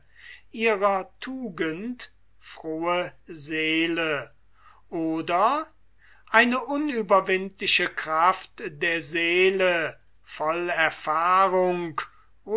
ihrer tugend frohe seele oder eine unüberwindliche kraft der seele voll erfahrung